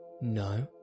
no